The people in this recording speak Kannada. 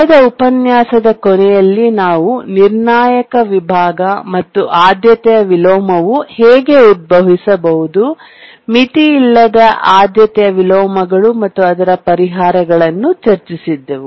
ಕಳೆದ ಉಪನ್ಯಾಸದ ಕೊನೆಯಲ್ಲಿ ನಾವು ನಿರ್ಣಾಯಕ ವಿಭಾಗ ಮತ್ತು ಆದ್ಯತೆಯ ವಿಲೋಮವು ಹೇಗೆ ಉದ್ಭವಿಸಬಹುದು ಮಿತಿಯಿಲ್ಲದ ಆದ್ಯತೆಯ ವಿಲೋಮಗಳು ಮತ್ತು ಅದರ ಪರಿಹಾರಗಳನ್ನು ಚರ್ಚಿಸಿದ್ದೆವು